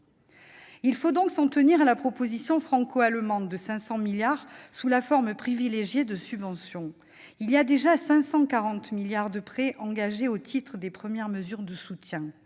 Il faut donc s'en tenir à la proposition franco-allemande de 500 milliards d'euros sous la forme privilégiée de subventions. Déjà 540 milliards d'euros de prêts sont engagés au titre des premières mesures de soutien.